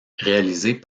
réalisés